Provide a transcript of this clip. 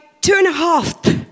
two-and-a-half